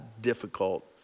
difficult